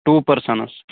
two persons